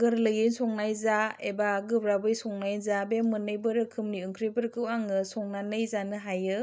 गोरलैयै संनाय जा एबा गोब्राबै संनाय जा बे मोननैबो रोखोमनि ओंख्रिफोरखौ आङो संनानै जानो हायो